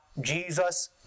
Jesus